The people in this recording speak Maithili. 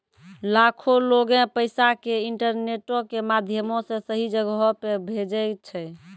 लाखो लोगें पैसा के इंटरनेटो के माध्यमो से सही जगहो पे भेजै छै